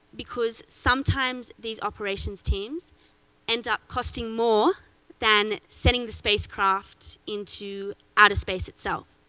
because sometimes these operations teams end up costing more than sending the spacecraft into outer space itself.